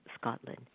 Scotland